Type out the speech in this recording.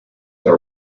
the